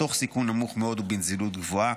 תוך סיכון נמוך מאוד ובנזילות גבוהה.